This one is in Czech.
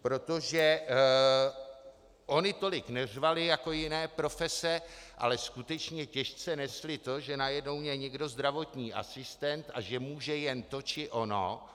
Protože ony tolik neřvaly jako jiné profese, ale skutečně těžce nesly to, že najednou je někdo zdravotní asistent a může jen to či ono.